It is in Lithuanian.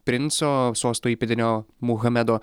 princo sosto įpėdinio muhamedo